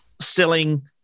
selling